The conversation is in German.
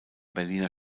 berliner